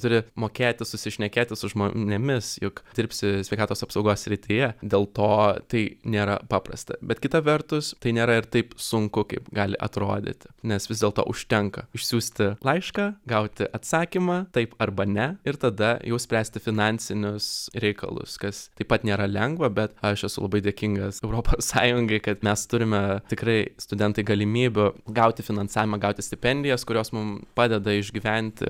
turi mokėti susišnekėti su žmonėmis juk dirbsi sveikatos apsaugos srityje dėl to tai nėra paprasta bet kita vertus tai nėra ir taip sunku kaip gali atrodyti nes vis dėlto užtenka išsiųsti laišką gauti atsakymą taip arba ne ir tada jau spręsti finansinius reikalus kas taip pat nėra lengva bet aš esu labai dėkingas europos sąjungai kad mes turime tikrai studentai galimybių gauti finansavimą gauti stipendijas kurios mum padeda išgyventi